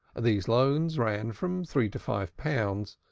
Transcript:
these loans ran from three to five pounds,